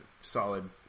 solid